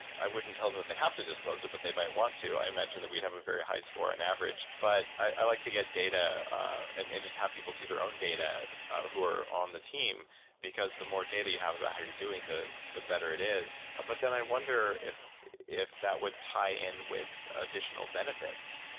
i wouldn't tell them if they have to disclose it, but they might want to. i imagine that we have a very high score on and average. but i like to get data and and just have people see their own data who are on the team because the more data you have of how you're doing, the the better it is. but then i wonder if if that would tie in with additional benefits,